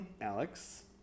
Alex